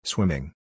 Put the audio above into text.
Swimming